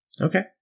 Okay